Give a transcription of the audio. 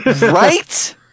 Right